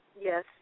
Yes